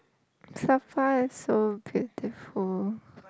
Sapa is so beautiful